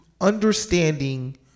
Understanding